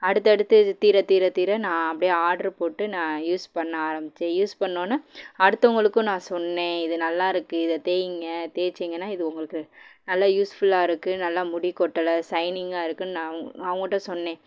அடுத்து அடுத்து தீர தீர தீர நான் அப்படியே ஆர்ட்ரு போட்டு நான் யூஸ் பண்ண ஆரம்பிச்சேன் யூஸ் பண்ணோனே அடுத்தவங்களுக்கும் நான் சொன்னேன் இது நல்லா இருக்கு இதை தேய்ங்க தேய்ச்சிங்கன்னா இது உங்களுக்கு நல்ல யூஸ்ஃபுல்லாக இருக்கு நல்லா முடி கொட்டல சைனிங்காக இருக்குன்னு நான் அவுங்க அவங்கட்ட சொன்னேன்